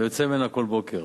ויוצא ממנה כל בוקר,